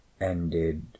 ended